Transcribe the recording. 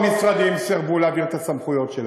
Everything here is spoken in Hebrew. והמשרדים סירבו להעביר את הסמכויות שלהם.